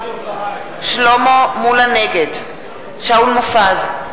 נגד שאול מופז,